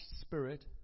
spirit